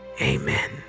amen